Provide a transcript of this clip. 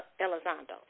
Elizondo